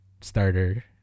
starter